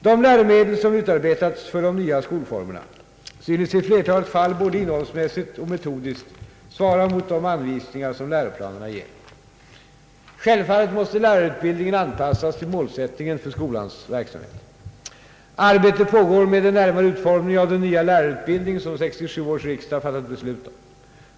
De läromedel som utarbetats för de nya skolformerna synes i flertalet fall både innehållsmässigt och metodiskt svara mot de anvisningar som läroplanerna ger. Självfallet måste lärarutbildningen anpassas till målsättningen för skolans verksamhet. Arbete pågår med den närmare utformningen av den nya lärarutbildning som 1967 års riksdag fattat beslut om.